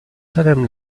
salem